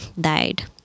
died